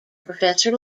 professor